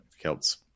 Celts